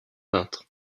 peintre